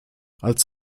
als